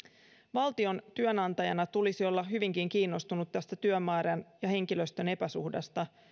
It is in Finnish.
valtion työnantajana tulisi olla hyvinkin kiinnostunut tästä työmäärän ja henkilöstön epäsuhdasta